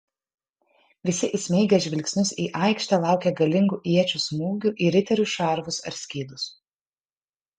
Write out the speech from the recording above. visi įsmeigę žvilgsnius į aikštę laukė galingų iečių smūgių į riterių šarvus ar skydus